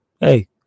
Hey